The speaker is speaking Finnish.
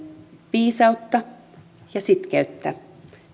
viisautta ja sitkeyttä